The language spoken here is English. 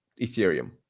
Ethereum